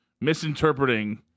misinterpreting